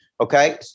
Okay